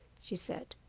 she said,